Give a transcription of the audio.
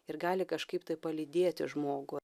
ir gali kažkaip tai palydėti žmogų